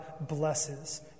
blesses